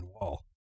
Wall